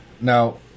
Now